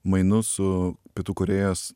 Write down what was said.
mainus su pietų korėjos